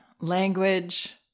language